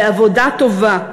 בעבודה טובה.